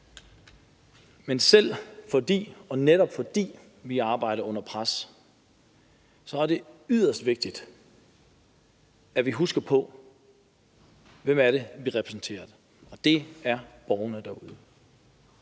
under pres. Men netop fordi vi arbejder under pres, er det yderst vigtigt, at vi husker på, hvem det er, vi repræsenterer, og det er borgerne derude.